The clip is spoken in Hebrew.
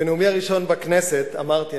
בנאומי הראשון בכנסת אמרתי,